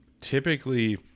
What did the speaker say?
typically